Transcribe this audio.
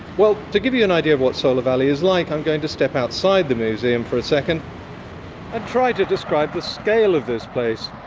well, to give you an idea of what solar valley is like, i'm going to step outside the museum for a second and try to describe the scale of this place.